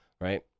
right